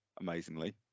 amazingly